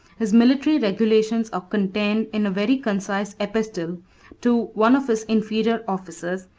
his military regulations are contained in a very concise epistle to one of his inferior officers,